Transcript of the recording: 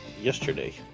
yesterday